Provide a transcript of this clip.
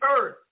earth